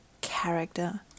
character